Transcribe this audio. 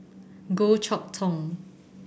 Goh Chok Tong